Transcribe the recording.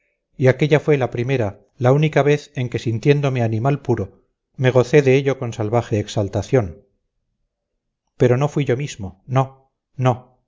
brutalidad y aquella fue la primera la única vez en que sintiéndome animal puro me goce de ello con salvaje exaltación pero no fui yo mismo no no